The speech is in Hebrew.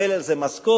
מקבל על זה משכורת,